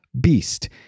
Beast